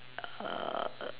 err